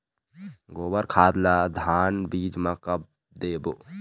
गोबर खाद ला धान बीज म कब देबो?